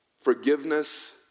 forgiveness